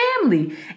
family